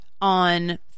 on